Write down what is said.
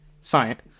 science